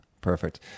Perfect